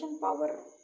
power